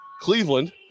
Cleveland